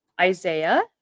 Isaiah